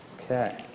Okay